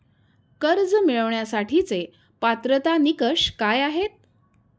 कर्ज मिळवण्यासाठीचे पात्रता निकष काय आहेत?